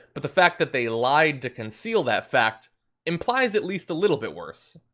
but the fact that they lied to conceal that fact implies at least a little bit worse.